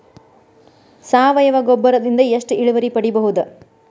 ಸಾವಯವ ಗೊಬ್ಬರದಿಂದ ಎಷ್ಟ ಇಳುವರಿ ಪಡಿಬಹುದ?